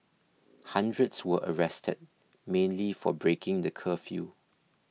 hundreds were arrested mainly for breaking the curfew